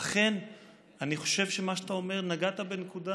אכן, אני חושב שמה שאתה אומר, נגעת בנקודה